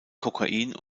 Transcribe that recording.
kokain